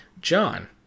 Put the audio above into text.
John